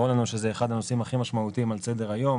ברור לנו שזה אחד הנושאים הכי משמעותיים על סדר היום,